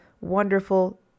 wonderful